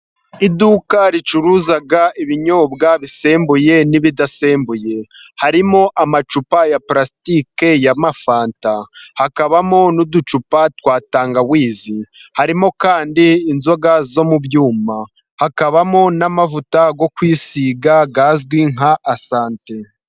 Iduka ricuruza ibinyobwa bisembuye n'ibidasembuye, harimo amacupa ya parasitike y'amafanta hakabamo n'uducupa twa tangawizi, harimo kandi inzoga zo mu byuma, hakabamo n'amavuta yo kwisiga azwi nka asante.